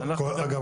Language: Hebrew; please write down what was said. אנחנו